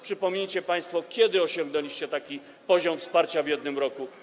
Przypomnijcie państwo, kiedy osiągnęliście taki poziom wsparcia w jednym roku.